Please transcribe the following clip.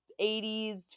80s